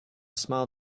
small